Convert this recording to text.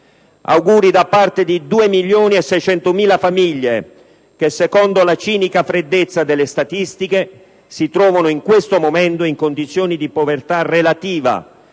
Auguri da parte di 2.600.000 famiglie che, secondo la cinica freddezza delle statistiche, si trovano in questo momento in condizioni di povertà relativa,